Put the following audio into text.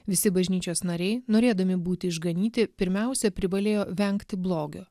visi bažnyčios nariai norėdami būti išganyti pirmiausia privalėjo vengti blogio